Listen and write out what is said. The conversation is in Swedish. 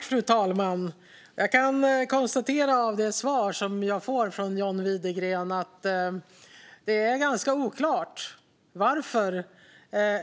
Fru talman! Jag kan utifrån det svar jag får av John Widegren konstatera att det är ganska oklart varför